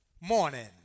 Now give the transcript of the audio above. morning